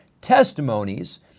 testimonies